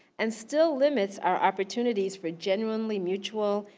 and still limits our opportunities for genuinely mutual,